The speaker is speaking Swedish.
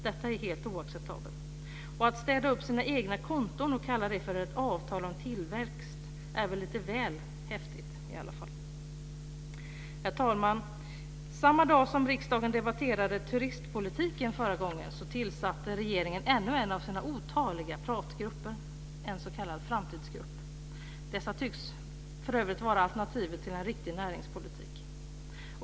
Detta är helt oacceptabelt. Att städa upp i sina egna konton och kalla det för ett avtal om tillväxt är väl lite väl häftigt. Herr talman! Samma dag som riksdagen förra gången debatterade turistpolitiken tillsatte regeringen ytterligare en av sina otaliga pratgrupper, en s.k. framtidsgrupp, som för övrigt tycks vara alternativet till en riktig näringspolitik.